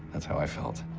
that's how i felt.